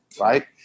right